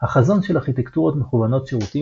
החזון של ארכיטקטורות מכוונות שירותים